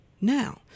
now